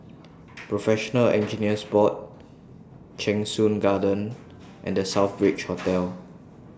Professional Engineers Board Cheng Soon Garden and The Southbridge Hotel